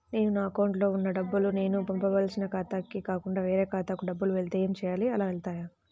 నేను నా అకౌంట్లో వున్న డబ్బులు నేను పంపవలసిన ఖాతాకి కాకుండా వేరే ఖాతాకు డబ్బులు వెళ్తే ఏంచేయాలి? అలా వెళ్తాయా?